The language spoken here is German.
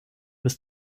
bis